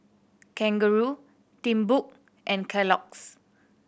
Kangaroo Timbuk and Kellogg's